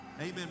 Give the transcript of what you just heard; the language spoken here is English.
amen